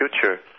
future